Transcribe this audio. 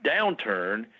downturn